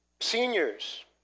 Seniors